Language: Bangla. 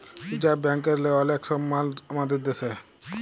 রিজাভ ব্যাংকেরলে অলেক সমমাল আমাদের দ্যাশে